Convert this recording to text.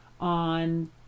on